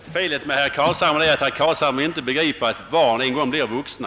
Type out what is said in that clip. Herr talman! Felet med herr Carlshamre är att han inte begriper att barn en gång blir vuxna.